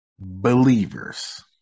believers